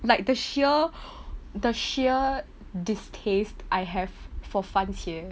like the sheer the sheer distaste I have for 番茄